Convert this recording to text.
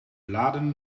laden